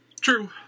True